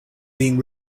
being